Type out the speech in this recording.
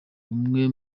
umwe